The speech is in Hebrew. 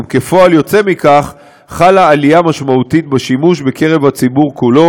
וכפועל יוצא מכך חלה עלייה משמעותית בשימוש בקרב הציבור כולו,